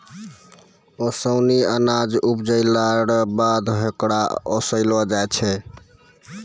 ओसानी अनाज उपजैला रो बाद होकरा ओसैलो जाय छै